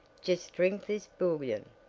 just drink this bouillon.